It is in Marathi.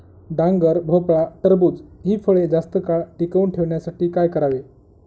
डांगर, भोपळा, टरबूज हि फळे जास्त काळ टिकवून ठेवण्यासाठी काय करावे?